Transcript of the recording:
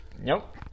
Nope